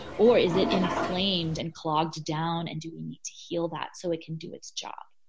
or is it inflamed and clogged down and do we need to heal that so it can do its job?